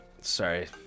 Sorry